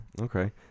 Okay